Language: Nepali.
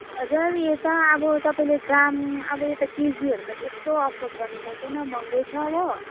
हजुर यता अब तपाईँले ग्राम अब यता केजीहरू त त्यस्तो अफोर्ड गर्नु सक्दैन महँगै छ हो